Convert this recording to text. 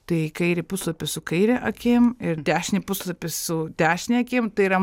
tai kairį puslapį su kaire akim ir dešinį puslapį su dešine akim tai yra